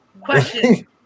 Question